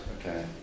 Okay